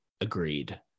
Agreed